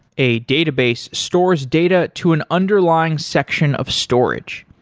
a database stores data to an underlying section of storage.